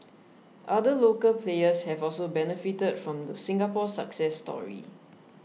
other local players have also benefited from the Singapore success story